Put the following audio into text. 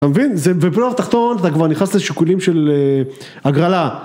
אתה מבין? זה בפלייאוף תחתון אתה כבר נכנס לשיקולים של הגרלה.